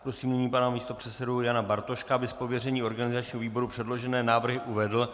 Prosím nyní pana místopředsedu Jana Bartoška, aby z pověření organizačního výboru předložené návrhy uvedl.